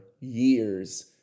years